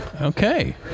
okay